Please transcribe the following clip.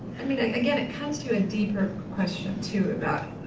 i mean, again, it comes to a deeper question too about